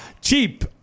Cheap